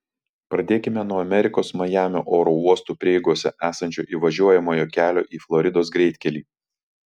pradėkime nuo amerikos majamio oro uostų prieigose esančio įvažiuojamojo kelio į floridos greitkelį